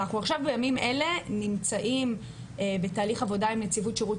ואנחנו עכשיו בימים אלה נמצאים בתהליך עבודה עם נציבות שירות